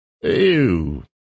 Ew